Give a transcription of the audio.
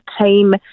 team